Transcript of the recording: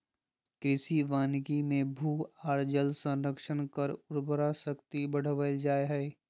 कृषि वानिकी मे भू आर जल संरक्षण कर उर्वरा शक्ति बढ़ावल जा हई